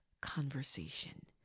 conversation